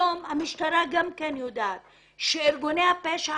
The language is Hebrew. היום המשטרה יודעת גם היא שארגוני הפשע